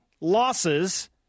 losses